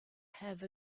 have